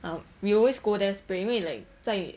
um we always go there spray 因为 like 在